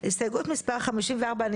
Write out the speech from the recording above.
אני